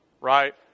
right